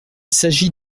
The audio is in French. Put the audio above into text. s’agit